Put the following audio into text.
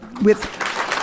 with-